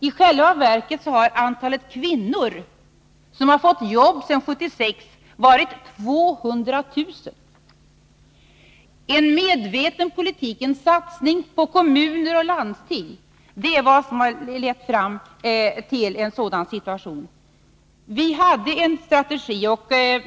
I själva verket har antalet kvinnor i yrkesarbete sedan 1976 ökat med 200 000. En medveten politik och en satsning på statligt stöd till kommuner och landsting är vad som har lett fram till den situationen. Detta var vår strategi.